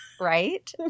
Right